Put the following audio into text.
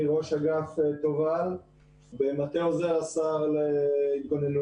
אני ראש אגף תובל במטה עוזר השר להתגוננות,